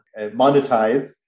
monetize